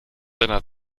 seiner